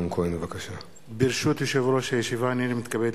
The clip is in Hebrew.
מי יטפל בפקח העירוני הזה שאנחנו מפקירים